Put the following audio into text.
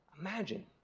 Imagine